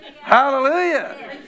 Hallelujah